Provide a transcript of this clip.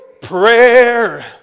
Prayer